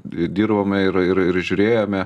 dirbome ir ir ir žiūrėjome